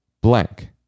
blank